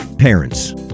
Parents